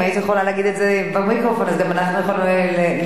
אם היית יכולה להגיד את זה במיקרופון גם אנחנו יכולנו לצחוק.